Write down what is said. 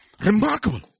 Remarkable